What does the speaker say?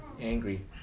angry